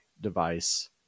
device